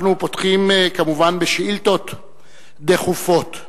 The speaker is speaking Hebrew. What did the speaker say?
אנחנו פותחים כמובן בשאילתות דחופות.